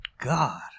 god